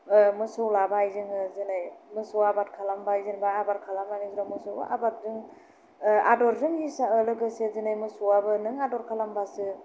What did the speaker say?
मोसौ लाबाय जोङो जेरै मोसौ आबोर खालामबाय जेनेबा आबोर खालामनानै जों मोसौखौ आबोरजों आदरजों लोगोसे दिनै मोसौआबो नों आदर खालामब्लासो